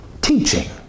teaching